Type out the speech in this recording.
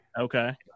Okay